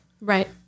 Right